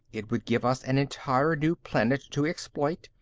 it would give us an entire new planet to exploit,